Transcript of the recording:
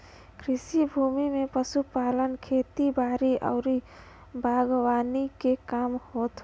कृषि भूमि में पशुपालन, खेती बारी आउर बागवानी के काम होत हौ